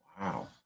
wow